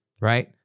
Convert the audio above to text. right